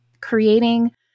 creating